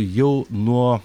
jau nuo